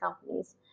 companies